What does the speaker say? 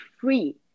free